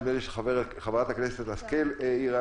נדמה לי שחברת הכנסת השכל העירה